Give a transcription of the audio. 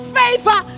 favor